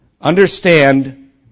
Understand